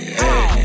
hey